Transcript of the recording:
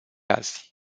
azi